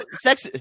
sex